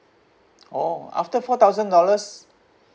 oh after four thousand dollars